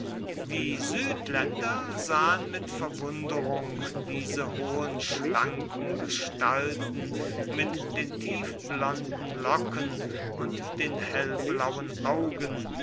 die südländer sahen mit verwunderung diese hohen schlanken gestalten mit den tiefblonden locken und den hellblauen augen